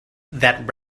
that